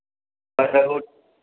ਅੱਛਾ ਹੋਰ